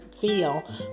feel